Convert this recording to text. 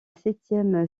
septième